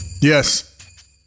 Yes